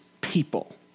people